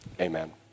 amen